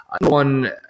one